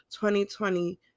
2020